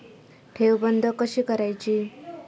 ठेव बंद कशी करायची?